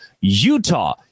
utah